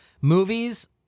movies